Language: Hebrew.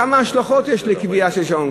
כמה השלכות יש לקביעה של שעון